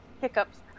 Hiccups